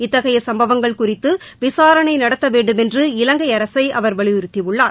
இத்தகைய சம்பவங்கள் குறித்து விசாரணை நடத்த வேண்டுமென்று இலங்கை அரசை அவா் வலியுறுத்தியுள்ளார்